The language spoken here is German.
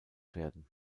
werden